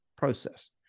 Process